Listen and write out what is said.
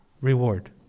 reward